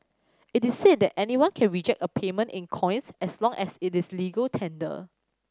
it is said that anyone can reject a payment in coins as long as it is legal tender